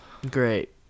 great